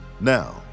Now